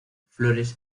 flores